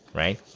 right